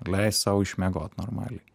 leist sau išmiegot normaliai